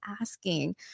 asking